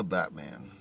Batman